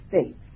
states